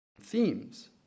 Themes